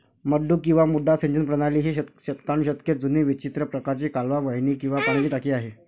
मड्डू किंवा मड्डा सिंचन प्रणाली ही शतकानुशतके जुनी विचित्र प्रकारची कालवा वाहिनी किंवा पाण्याची टाकी आहे